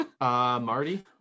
Marty